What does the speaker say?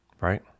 right